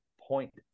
point